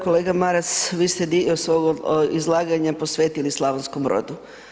Kolega Maras, vi ste dio svog izlaganja posvetili Slavonskom Brodu.